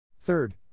Third